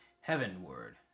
heavenward